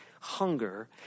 hunger